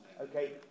Okay